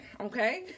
Okay